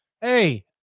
Hey